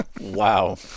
wow